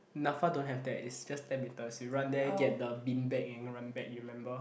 N_A_F_A don't have that it's just ten meters you run there get the beanbag and run back you remember